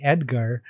Edgar